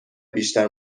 بیشتر